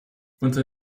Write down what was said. unter